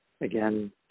Again